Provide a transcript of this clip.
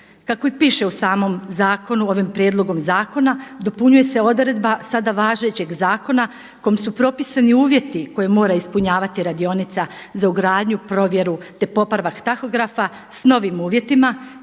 Kako i piše u samom zakonu, ovim prijedlogom zakona dopunjuje se odredba sada važećeg zakona kome su propisani uvjeti koje mora ispunjavati radionica za ugradnju, provedbu te popravak tahografa sa novim uvjetima